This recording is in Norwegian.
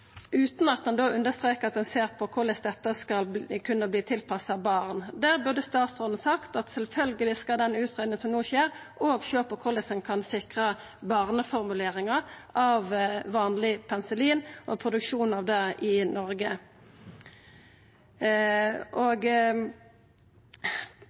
utan at ein understrekar at ein ser på korleis dette skal kunna verta tilpassa barn. Der burde statsråden sagt at sjølvsagt skal ein i den utgreiinga som no skjer, òg sjå på korleis ein kan sikra barneformuleringar av vanleg penicillin og produksjon av det i Noreg.